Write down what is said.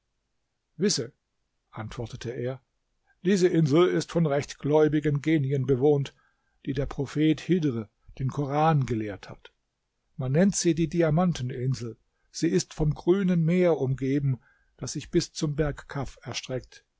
wisse antwortete er diese insel ist von rechtgläubigen genien bewohnt die der prophet hidhr den koran gelehrt hat man nennt sie die diamanteninsel sie ist vom grünen meer umgeben das sich bis zum berg kaf erstreckt